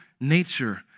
nature